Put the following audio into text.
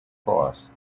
cross